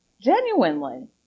Genuinely